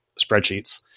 spreadsheets